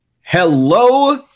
Hello